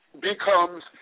becomes